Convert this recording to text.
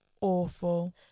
awful